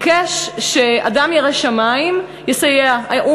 שאדם ירא שמים יסייע לו,